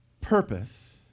Purpose